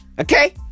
Okay